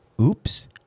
oops